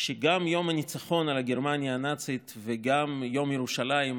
שגם יום הניצחון על גרמניה הנאצית וגם יום ירושלים,